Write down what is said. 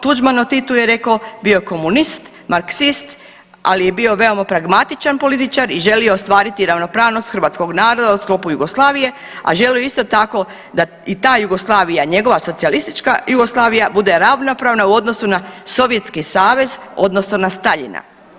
Tuđman o Titu je rekao bio je komunist, marksist, ali je bio veoma pragmatičan političar i želio ostvariti ravnopravnost hrvatskog naroda u sklopu Jugoslavije, a želio je isto tako da i ta Jugoslavija, njegova socijalistička Jugoslavija bude ravnopravna u odnosu na Sovjetski Savez odnosno na Staljina.